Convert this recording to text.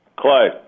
Clay